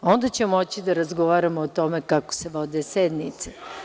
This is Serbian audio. Onda ćemo moći da razgovaramo o tome kako se vode sednice.